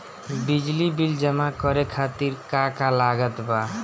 बिजली बिल जमा करे खातिर का का लागत बा?